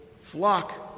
flock